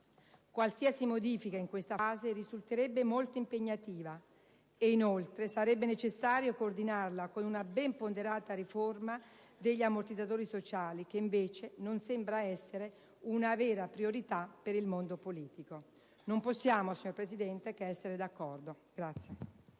Qualsiasi modifica in questa fase risulterebbe molto impegnativa e, inoltre, sarebbe necessario coordinarla con una ben ponderata riforma degli ammortizzatori sociali che, invece, non sembra essere una vera priorità per il mondo politico». Non possiamo, signora Presidente, che essere d'accordo.